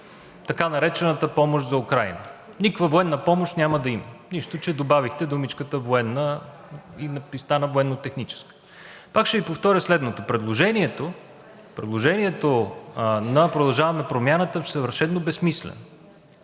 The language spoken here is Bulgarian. така наречената помощ за Украйна. Никаква военна помощ няма да има, нищо, че добавихте думичката военна и стана военнотехническа. Пак ще Ви повторя следното: предложението на „Продължаваме Промяната“ е съвършено безсмислено.